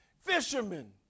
Fishermen